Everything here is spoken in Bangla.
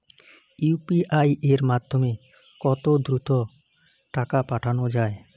ইউ.পি.আই এর মাধ্যমে কত দ্রুত টাকা পাঠানো যায়?